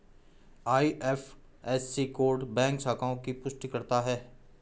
IFSC code bank शाखाओं की पुष्टि करता है